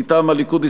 מטעם הליכוד,